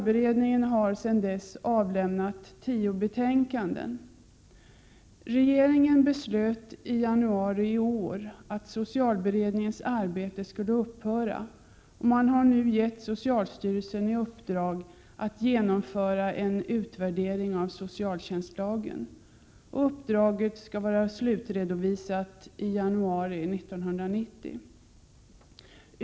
Beredningen har sedan dess avlämnat tio betänkanden. Regeringen beslöt i januari i år att socialberedningens arbete skulle upphöra, och socialstyrelsen har fått i uppdrag att genomföra en utvärdering av socialtjänstlagen. Uppdraget skall vara slutredovisat i januari 1990.